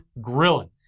grilling